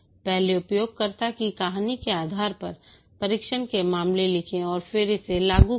पहले उपयोगकर्ता की कहानी के आधार पर परीक्षण के मामले लिखें और फिर इसे लागू करें